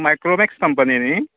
Micromax company न्ही